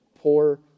poor